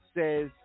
says